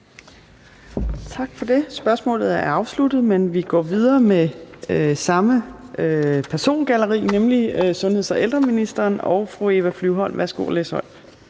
Tak for det. Spørgsmålet er afsluttet. Men vi går videre til næste spørgsmål med samme persongalleri, nemlig sundheds- og ældreministeren og fru Eva Flyvholm. Kl.